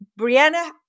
Brianna